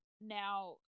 now